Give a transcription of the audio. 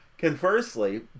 Conversely